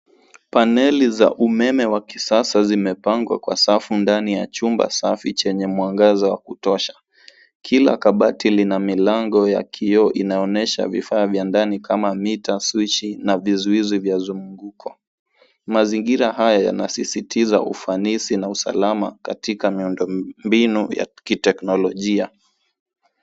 Paneli za umeme wa kisasa zimepangwa kwa safu ndani ya chumba safi chenye mwangaza wa kutosha. Kila kabati lina milango ya kioo inayoonyesha vifaa vya ndani kama mita, swichi na vizuizi vya mzunguko. Mazingira haya yanasisitiza ufanisi na usalama katika miundombinu ya kiteknolojia.